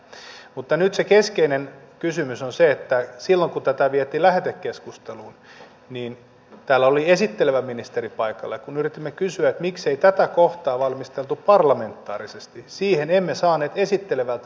mutta nyt se keskeinen kysymys on se että silloin kun tätä vietiin lähetekeskusteluun niin täällä oli esittelevä ministeri paikalla ja kun yritimme kysyä miksei tätä kohtaa valmisteltu parlamentaarisesti niin siihen emme saaneet esittelevältä ministeriltä vastausta